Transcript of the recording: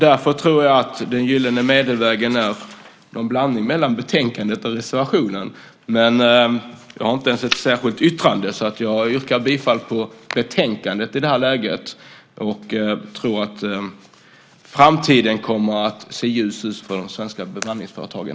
Därför tror jag att den gyllene medelvägen går mellan förslaget i betänkandet och reservationen. Men jag har inte ens ett särskilt yttrande, så i det här läget yrkar jag bifall till förslaget i betänkandet. Jag tror att framtiden kommer att se ljus ut för de svenska bemanningsföretagen.